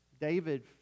David